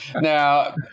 now